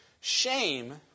Shame